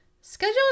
schedule